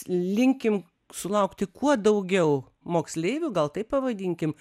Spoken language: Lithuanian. linkim sulaukti kuo daugiau moksleivių gal taip pavadinkim